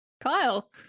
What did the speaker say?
Kyle